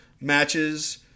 matches